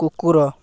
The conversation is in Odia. କୁକୁର